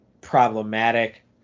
problematic